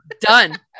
Done